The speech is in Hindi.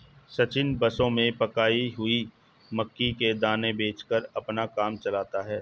सचिन बसों में पकाई हुई मक्की के दाने बेचकर अपना काम चलाता है